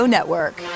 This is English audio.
Network